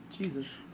Jesus